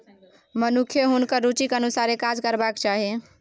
मनुखकेँ हुनकर रुचिक अनुसारे काज करबाक चाही